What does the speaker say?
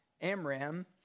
Amram